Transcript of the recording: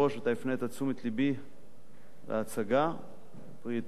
הפנית את תשומת לבי להצגה פרי עטו,